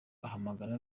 ahamagara